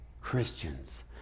Christians